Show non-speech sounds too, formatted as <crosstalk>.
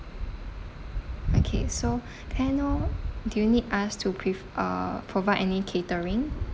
okay so <breath> can I know do you need us to pre~ uh provide any catering